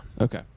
Okay